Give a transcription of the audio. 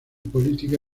política